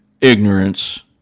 Ignorance